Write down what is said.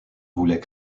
voulait